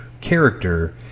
character